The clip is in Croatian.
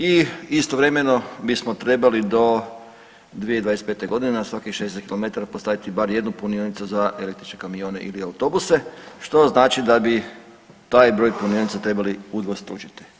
I istovremeno bismo trebali do 2025. godine na svakih 60 kilometara postaviti bar jednu punionicu za električne kamione ili autobuse što znači da bi taj broj punionica trebali udvostručiti.